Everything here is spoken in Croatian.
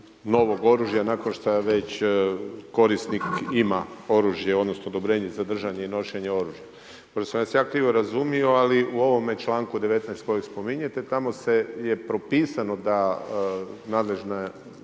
novog oružja nakon što već korisnik ima oružje, odnosno odobrenje za držanje i nošenje oružja. Možda sam vas ja krivo razumio, ali u ovome čl. 19. kojeg spominjete tamo je propisano da nadležna